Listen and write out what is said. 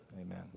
Amen